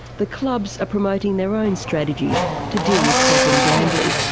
the clubs are promoting their own strategies to deal with problem gambling.